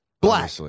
black